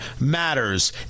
matters